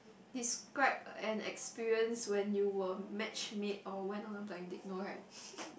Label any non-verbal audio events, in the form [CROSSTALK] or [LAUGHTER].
describe an experience when you were match made or went on a blind date no right [LAUGHS]